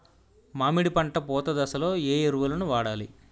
మామిడి పంట పూత దశలో ఏ ఎరువులను వాడాలి?